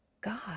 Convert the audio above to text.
God